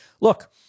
Look